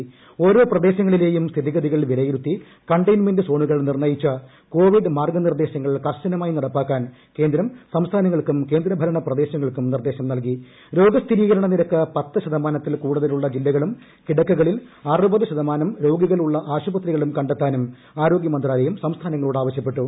് ഓരോ പ്രദേശങ്ങളിലേയും സ്ഥിതിഗതികൾ വിലയിരുത്തി കണ്ടെയ്ന്മെന്റ് സോണൂകൾ നിർണ്ണയിച്ച് കോവിസ്ക് മാർഗ്ഗനിർദ്ദേശങ്ങൾ കർശനമായി നടപ്പാക്കാൻ കേന്ദ്രം കേന്ദ്രഭരണപ്രദേശങ്ങൾക്കും രോഗസ്ഥിരീകരണ നിരക്ക് പത്തു ശതമാനത്തിൽ കൂടുതലുള്ള ജില്ലകളും കിടക്കകളിൽ അറുപതു ശതമാനം രോഗികൾ ഉള്ള ആശുപത്രികളും കണ്ടെത്താനും ആരോഗ്യമന്ത്രാലയം സംസ്ഥാനങ്ങളോട് ആവശ്യപ്പെട്ടു